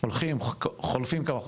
חולפים כמה חודשים,